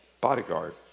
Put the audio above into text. bodyguard